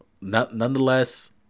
nonetheless